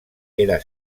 era